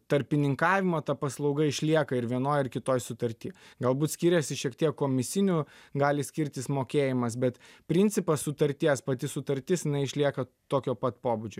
tarpininkavimo ta paslauga išlieka ir vienoj ar kitoj sutarty galbūt skiriasi šiek tiek komisinių gali skirtis mokėjimas bet principas sutarties pati sutartis išlieka tokio pat pobūdžio